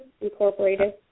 Incorporated